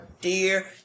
dear